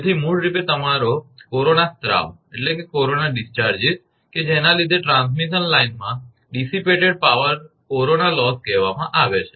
તેથી મૂળ રૂપે તમારા કોરોના સ્રાવને લીધે ટ્રાન્સમિશન લાઇનમાં વિખેરાયેલા પાવરને કોરોના લોસ કહેવામાં આવે છે